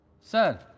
Sir